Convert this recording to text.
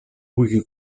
pugui